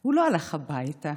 הוא לא הלך הביתה,